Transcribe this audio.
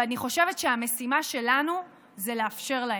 ואני חושבת שהמשימה שלנו זה לאפשר להם,